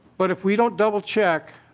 but if we don't double check